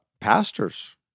pastors